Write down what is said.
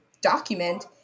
document